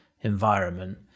environment